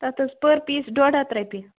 تَتھ حظ پٔر پیٖس ڈۄڈ ہَتھ رۄپیہِ